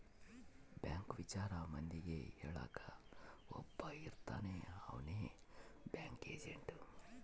bank ವಿಚಾರ ಮಂದಿಗೆ ಹೇಳಕ್ ಒಬ್ಬ ಇರ್ತಾನ ಅವ್ನೆ ಬ್ಯಾಂಕ್ ಏಜೆಂಟ್